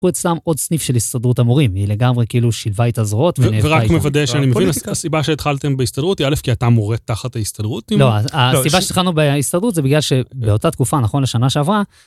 פתחו אצלם עוד סניף של הסתדרות המורים. היא לגמרי, כאילו, שילבה אתה זרועות ונאבקה איתה. ורק מוודא שאני מבין, הסיבה שהתחלתם בהסתדרות היא א', כי אתה מורה תחת ההסתדרות. לא, הסיבה שהתחלנו בהסתדרות זה בגלל שבאותה תקופה, נכון לשנה שעברה...